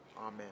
Amen